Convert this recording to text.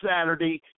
Saturday